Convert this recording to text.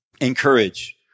Encourage